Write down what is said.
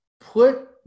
Put